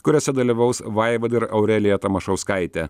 kuriose dalyvaus vaivad ir aurelija tamašauskaitė